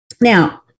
Now